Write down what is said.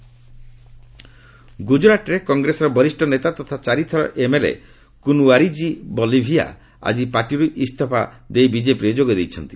ଗୁଜରାଟ କଂଗ୍ରେସ ଗୁଜରାଟରେ କଂଗ୍ରେସର ବରିଷ୍ଠ ନେତା ତଥା ଚାରିଥର ଏମ୍ଏଲ୍ଏ କୁନ୍ୱାରିଜି ବଭଲିଆ ଆଜି ପାର୍ଟିରୁ ଇସ୍ତଫା ଦେଇ ବିଜେପିରେ ଯୋଗ ଦେଇଛନ୍ତି